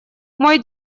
мой